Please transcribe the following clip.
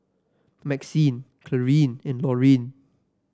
Maxine Clarine and Lorine